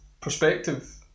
perspective